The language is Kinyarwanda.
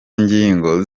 ngingo